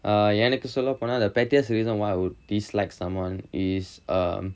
err எனக்கு சொல்லப போனா:enakku solla ponaa the pettiest reason why I would dislike someone is err